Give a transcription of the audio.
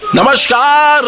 Namaskar